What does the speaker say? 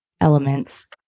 elements